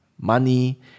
money